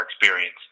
experience